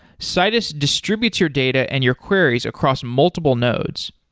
citus distributes your data and your queries across multiple nodes.